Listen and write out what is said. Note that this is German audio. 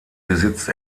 besitzt